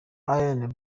ian